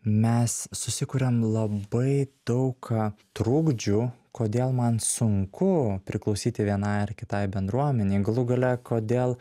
mes susikuriam labai daug ką trukdžių kodėl man sunku priklausyti vienai ar kitai bendruomenei galų gale kodėl